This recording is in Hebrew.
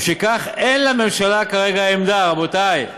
ומשכך אין לממשלה כרגע עמדה, רבותי.